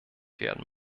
werden